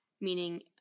meaning